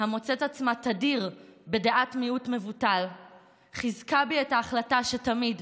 המוצאת עצמה תדיר בדעת מיעוט מבוטל חיזקה בי את ההחלטה שתמיד,